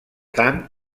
tant